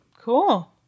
cool